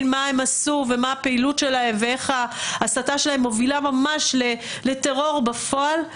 מה הם עשו ומה הפעילות שלהם ואיך ההסתה שלהם מובילה ממש לטרור בפועל.